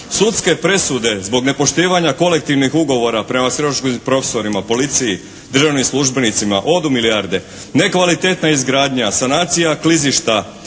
sudske presude zbog nepoštivanja kolektivnih ugovora prema …/Govornik se ne razumije./… profesorima, policiji, državnim službenicima, odu milijarde, nekvalitetna izgradnja, sanacija klizišta,